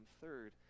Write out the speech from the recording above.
third